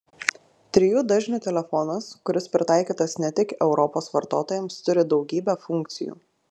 trijų dažnių telefonas kuris pritaikytas ne tik europos vartotojams turi daugybę funkcijų